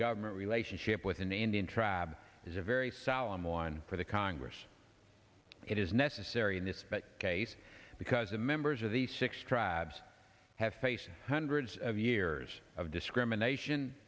relationship with an indian tribe is a very solemn one for the congress it is necessary in this case because the members of the six tribes have faced hundreds of years of discrimination